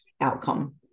outcome